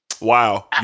Wow